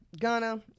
Ghana